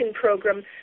program